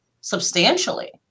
substantially